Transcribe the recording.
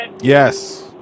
yes